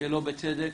שלא בצדק.